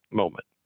moment